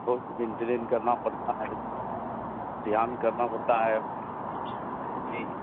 बहुत मेंटेनेन करना पड़ता है ध्यान करना पड़ता है अब जी